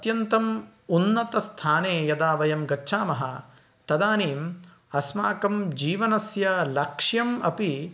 अत्यन्तम् उन्नतस्थाने यदा वयं गच्छामः तदानीम् अस्माकं जीवनस्य लक्ष्यम् अपि